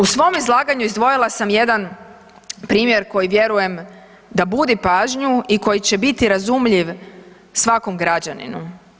U svom izlaganju izdvojila sam jedan primjer koji vjerujem da budi pažnju i koji će biti razumljiv svakom građaninu.